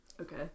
Okay